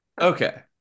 Okay